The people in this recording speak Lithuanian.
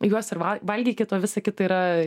juos ir va valgykit o visa kita yra